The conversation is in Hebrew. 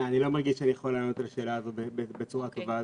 אני לא מרגיש שאני יכול לענות על השאלה בצורה טובה.